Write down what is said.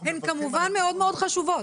כמובן שהן מאוד חשובות,